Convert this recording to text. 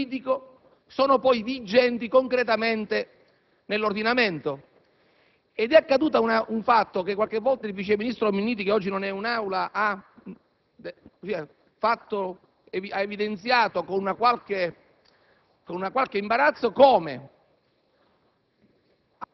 sistema giuridico sono poi vigenti concretamente nell'ordinamento. È accaduto il fatto (che a volte il vice ministro Minniti, che oggi non è in Aula, ha evidenziato con qualche imbarazzo) che